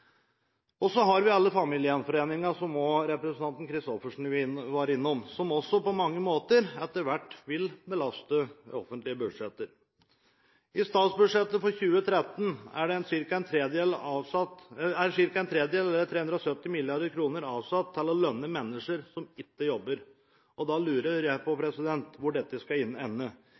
pensjonsalder. Så har vi alle familiegjenforeningene, som også representanten Christoffersen var innom, som også på mange måter etter hvert vil belaste de offentlige budsjettene. I statsbudsjettet for 2013 er ca. en tredjedel, eller 370 mrd. kr, avsatt til å lønne mennesker som ikke jobber. Da lurer jeg på hvor dette skal ende.